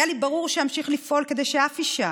היה לי ברור שאמשיך לפעול כדי שאף אישה,